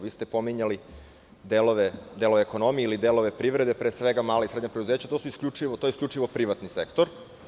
Vi ste pominjali delove ekonomije ili delove privrede, pre svega mala i srednja preduzeća, a to je isključivo privatni sektor.